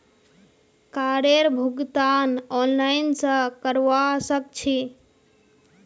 कारेर भुगतान ऑनलाइन स करवा सक छी